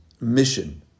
mission